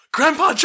Grandpa